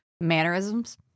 Mannerisms